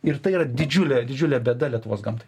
ir tai yra didžiulė didžiulė bėda lietuvos gamtai